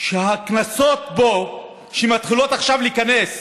שהקנסות בו שמתחילים עכשיו להיכנס,